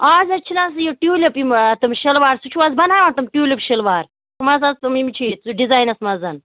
اَز حظ چھِنہٕ حظ یہِ ٹیٛوٗلِپ یِم تِم شِلوار سُہ چھُ حظ بَناوان تِم ٹیٛوٗلِپ شِلوار یِم حظ اَز تِم یِم چھِی سُہ ڈِزاینَس منٛز